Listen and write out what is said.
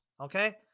Okay